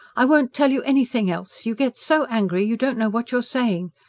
i won't tell you anything else. you get so angry you don't know what you're saying.